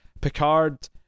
picard